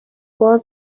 باز